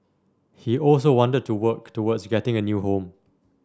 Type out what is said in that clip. he also wanted to work towards getting a new home